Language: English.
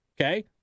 okay